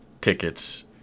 tickets